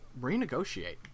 renegotiate